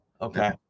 Okay